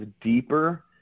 deeper